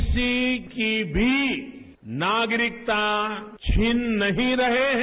किसी की भी नागरिकता छीन नहीं रहे हैं